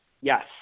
Yes